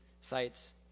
sites